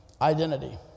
Identity